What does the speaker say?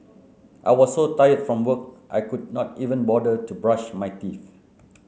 I was so tired from work I could not even bother to brush my teeth